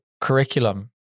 curriculum